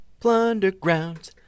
Plundergrounds